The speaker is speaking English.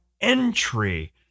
entry